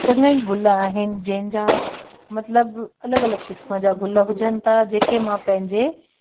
चङा ई गुल आहिनि जंहिंजा मतिलबु अलॻि अलॻि क़िस्म जा गुल उगजनि था जेके मां पंहिंजे